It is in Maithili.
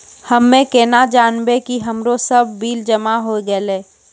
हम्मे केना जानबै कि हमरो सब बिल जमा होय गैलै?